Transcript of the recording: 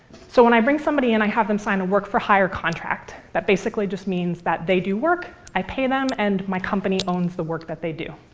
so when i bring somebody in, and i have them sign a work for hire contract. that basically just means that they do work, i pay them, and my company owns the work that they do.